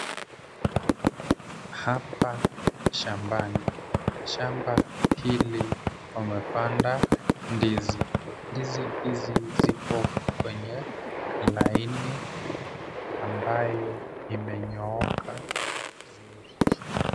Hapa ni shambani. Shamba hili wamepanda ndizi. Ndizi hizi zipo kwenye laini ambayo imenyooka vizuri.